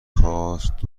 خواست